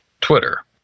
Twitter